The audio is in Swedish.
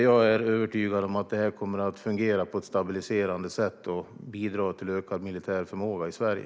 Jag är övertygad om att detta kommer att fungera på ett stabiliserande sätt och bidra till ökad militär förmåga i Sverige.